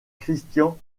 christian